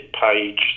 page